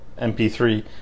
MP3